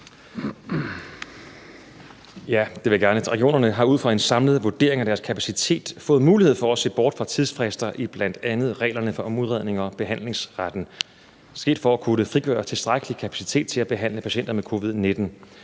Regionerne har ud fra en samlet vurdering af deres kapacitet fået mulighed for at se bort fra tidsfrister i bl.a. reglerne om udrednings- og behandlingsretten. Det er for at kunne frigøre tilstrækkelig kapacitet til at behandle patienter med covid-19.